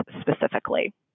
specifically